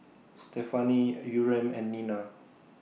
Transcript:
Stefani Yurem and Nina